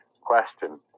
question